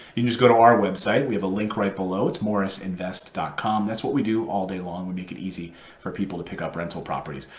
you can just go to our website. we have a link right below. it's morrisinvest com. that's what we do all day long and make it easy for people to pick up rental properties.